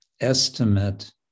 estimate